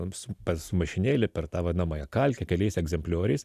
mums pats mašinėle per tą vadinamąją kalkę keliais egzemplioriais